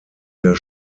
der